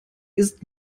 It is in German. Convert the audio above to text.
ist